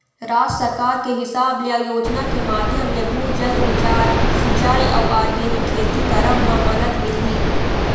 राज सरकार के हिसाब ले अउ योजना के माधियम ले, भू जल रिचार्ज, सिंचाई अउ आर्गेनिक खेती करब म मदद मिलही